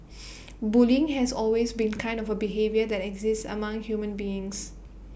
bullying has always been kind of A behaviour that exists among human beings